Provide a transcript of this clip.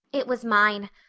it was mine.